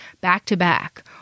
back-to-back